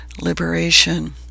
liberation